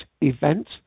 event